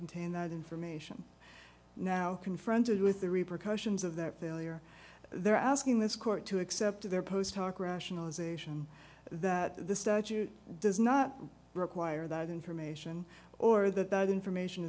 contain that information now confronted with the repercussions of that failure they're asking this court to accept their post hoc rationalization that the statute does not require that information or that that information